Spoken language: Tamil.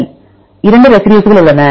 சரி 2 ரெசிடியூஸ்கள் உள்ளன